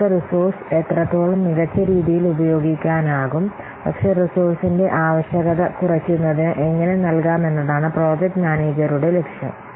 നിങ്ങൾക്ക് റിസോഴ്സ് എത്രത്തോളം മികച്ച രീതിയിൽ ഉപയോഗിക്കാനാകും പക്ഷേ റിസോഴ്സിന്റെ ആവശ്യകത കുറയ്ക്കുന്നതിന് എങ്ങനെ നൽകാമെന്നതാണ് പ്രോജക്ട് മാനേജരുടെ ലക്ഷ്യം